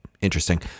interesting